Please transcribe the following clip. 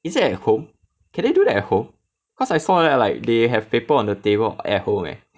is it at home can they do that at home cause I saw that like they have paper on the table at home leh